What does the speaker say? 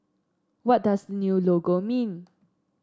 what does new logo mean